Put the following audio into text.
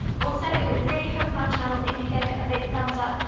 also, it would really help our channel if you gave it a big thumbs up.